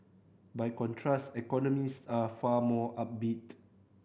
by contrast economists are far more upbeat